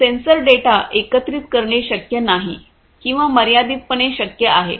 sensor data एकत्रित करणे शक्य नाही किंवा मर्यादितपणे शक्य आहे